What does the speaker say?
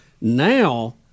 Now